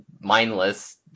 mindless